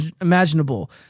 imaginable